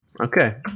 Okay